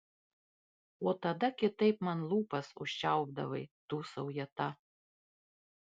o tada kitaip man lūpas užčiaupdavai dūsauja ta